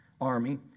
army